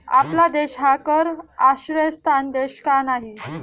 आपला देश हा कर आश्रयस्थान देश का नाही?